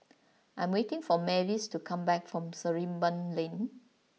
I am waiting for Mavis to come back from Sarimbun Lane